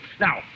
Now